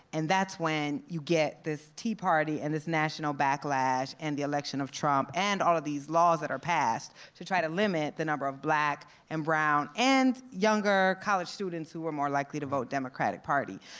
and that's when you get this tea party, and this national backlash, and the election of trump. and all of these laws that are passed to try to limit the number of black and brown and younger college students who are more likely to vote democratic party.